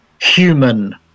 human